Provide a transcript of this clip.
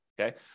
Okay